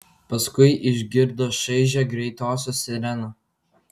paskui išgirdo šaižią greitosios sireną